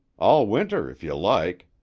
all winter, if you like.